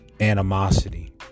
Animosity